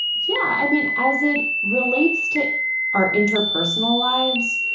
yeah. i mean, as it relates to our interpersonal lives,